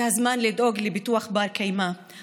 זה הזמן לדאוג לפיתוח בר-קיימא,